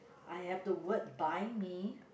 I have the word buy me